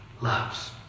loves